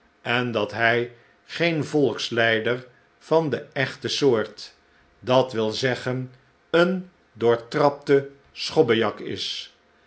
en dat hij geen volksleider van de echte soort dat wil zeggen een doortrapte schobbejak is